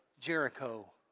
Jericho